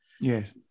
Yes